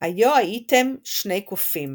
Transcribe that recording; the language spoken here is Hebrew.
היה הייתם שני קופים